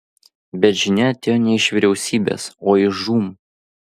bet žinia atėjo ne iš vyriausybės o iš žūm